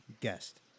guest